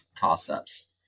toss-ups